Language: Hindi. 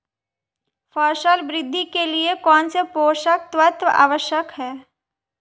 फसल वृद्धि के लिए कौनसे पोषक तत्व आवश्यक हैं?